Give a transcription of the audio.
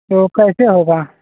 तो कैसे होगा